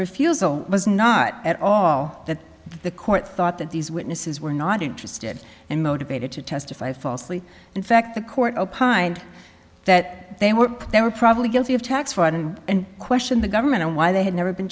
refusal was not at all that the court thought that these witnesses were not interested and motivated to testify falsely in fact the court opined that they were they were probably guilty of tax fraud and and question the government on why they had never been